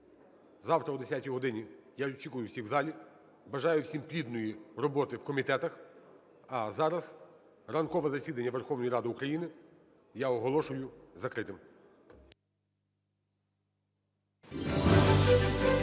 Завтра о 10 годині я очікую всіх в залі. Бажаю всім плідної роботи в комітетах. А зараз ранкове засідання Верховної Ради України я оголошую закритим.